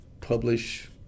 publish